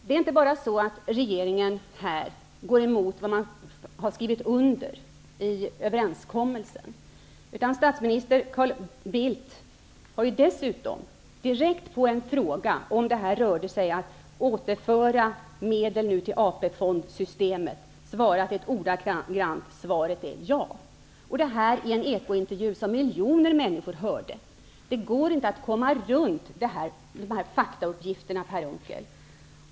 Det är inte bara så att regeringen här går emot vad man har skrivit under vid överenskommelsen, utan statsminister Carl Bildt har dessutom på en direkt fråga om detta rörde sig om att återföra medel till AP-fondssystemet, svarat ordagrant: Svaret är ja. Detta sades vid en ekointervju som miljoner människor hörde. Det går inte att komma runt dessa faktauppgifter, Per Unckel.